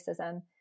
racism